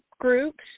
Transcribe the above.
groups